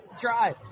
try